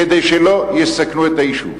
כדי שלא יסכנו את היישוב.